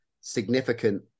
significant